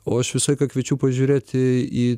o aš visą laiką kviečiu pažiūrėti į